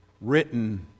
Written